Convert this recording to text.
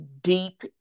deep